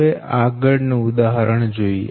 હવે આગળ નું ઉદાહરણ જોઈએ